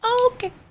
okay